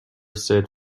said